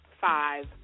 five